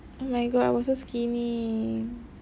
oh my god I was so skinny